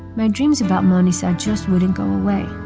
my dreams about manisha just wouldn't go away